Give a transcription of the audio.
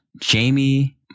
Jamie